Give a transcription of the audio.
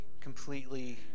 completely